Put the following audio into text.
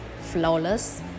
flawless